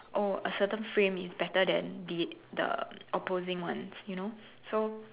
oh a certain frame is better than the the opposing ones you know